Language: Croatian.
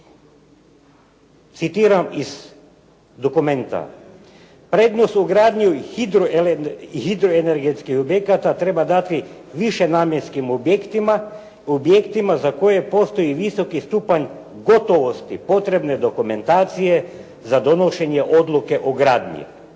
citiram iz dokumenta: "Prednost u gradnji hidroenergetskih objekata treba dati višenamjenskim objektima, objektima za koje postoji visoki stupanj gotovosti potrebne dokumentacije za donošenje odluke o gradnji.".